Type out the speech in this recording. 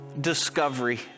discovery